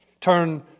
Turn